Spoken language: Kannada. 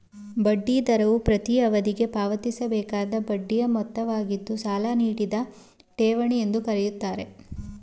ಬಡ್ಡಿ ದರವು ಪ್ರತೀ ಅವಧಿಗೆ ಪಾವತಿಸಬೇಕಾದ ಬಡ್ಡಿಯ ಮೊತ್ತವಾಗಿದ್ದು ಸಾಲ ನೀಡಿದ ಠೇವಣಿ ಎಂದು ಕರೆಯುತ್ತಾರೆ